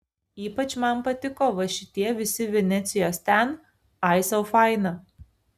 ypač man patiko va šitie visi venecijos ten ai sau faina